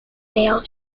bail